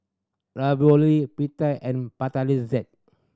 Ravioli Pita and